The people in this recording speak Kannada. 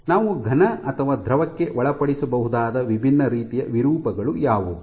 ನಾವು ಘನ ಅಥವಾ ದ್ರವಕ್ಕೆ ಒಳಪಡಿಸಬಹುದಾದ ವಿಭಿನ್ನ ರೀತಿಯ ವಿರೂಪಗಳು ಯಾವುವು